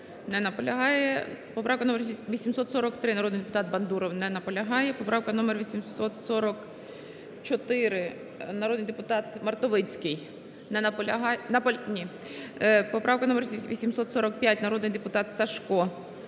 Не наполягає. Поправка номер 843, народний депутат Бандуров. Не наполягає. Поправка номер 844, народний депутат Мартовицький. Не наполягає... Наполяга... Ні. Поправка номер 845, народний депутат Сажко.